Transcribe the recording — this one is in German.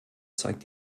zeigt